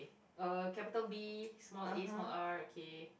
uh capital B small A small R okay